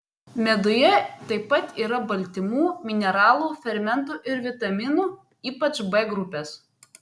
meduje taip pat yra baltymų mineralų fermentų ir vitaminų ypač b grupės